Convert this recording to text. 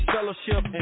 Fellowship